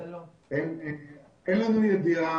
אין לנו ידיעה,